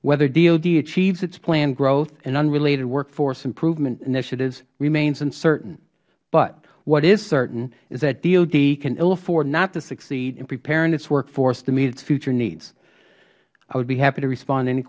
whether dod achieves its planned growth and unrelated workforce improvement initiatives remains uncertain but what it certain is that dod can ill afford not to succeed in preparing its workforce to meet its future needs i would be happy to respond